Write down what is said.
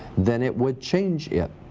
then it would change it.